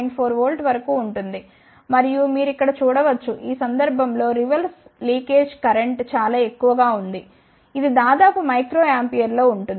4 V వరకు ఉంటుంది మరియు మీరు ఇక్కడ చూడ వచ్చు ఈ సందర్భం లో రివర్స్ లీకేజ్ కరెంట్ చాలా ఎక్కువగా ఉంది ఇది దాదాపు మైక్రో ఆంపియర్ లో ఉంటుంది